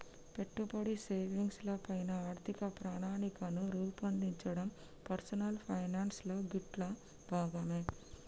పెట్టుబడి, సేవింగ్స్ ల పైన ఆర్థిక ప్రణాళికను రూపొందించడం పర్సనల్ ఫైనాన్స్ లో గిట్లా భాగమే